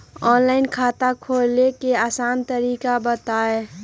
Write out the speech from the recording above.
Online खाता खोले के आसान तरीका बताए?